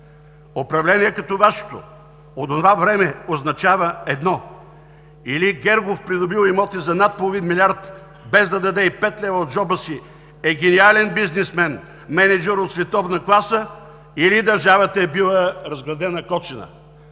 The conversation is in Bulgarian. Управление като Вашето от онова време означава едно: или Гергов придобива имоти за над половин милиард без да даде и пет лева от джоба си и е гениален бизнесмен, мениджър от световна класа, или държавата е била разградена кочина.